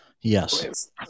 Yes